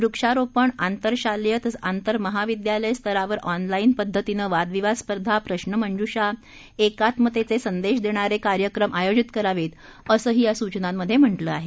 वक्षारोपण आंतरशालेय तसंच आंतरमहाविद्यालय स्तरावर ऑनलाईन पद्धतीनं वादविवाद स्पर्धा प्रश्नमंज्षा तसंच एकात्मतेचे संदेश देणारे तत्सम कार्यक्रम आयोजित करावेत असंही या सूचनांमधे म्हटलं आहे